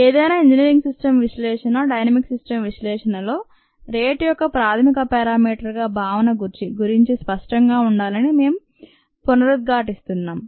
ఏదైనా engineering system విశ్లేషణ dynamic system విశ్లేషణలో రేటు యొక్క ప్రాథమిక పరామీటర్ గా భావన గురించి స్పష్టంగా ఉండాలని మేం పునరుద్ఘాటిస్తున్నాం